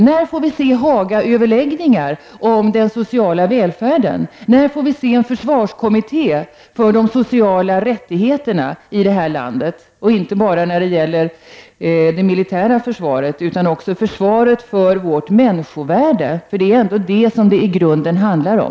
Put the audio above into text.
När får vi se Hagaöverläggningar om den sociala välfärden? När får vi se en försvarskommitté som utreder frågan om de sociala rättigheterna i det här landet, alltså inte bara när det gäller det militära försvaret utan också försvaret för vårt människovärde? Det är ändå detta som det i grunden handlar om.